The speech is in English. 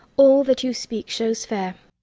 all that you speak shows fair.